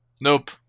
Nope